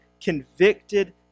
convicted